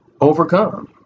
overcome